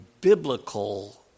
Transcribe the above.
biblical